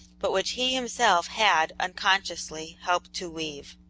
but which he himself had, unconsciously, helped to weave.